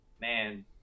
Man